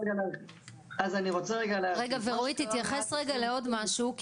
להגיב --- רגע אז רועי רגע תתייחס קודם לעוד משהו,